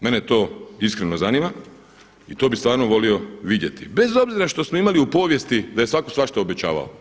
Mene to iskreno zanima i to bi stvarno volio vidjeti, bez obzira što smo imali u povijesti da je svako svašta obećavao.